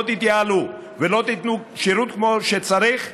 תתייעלו ולא תיתנו שירות כמו שצריך ומהר,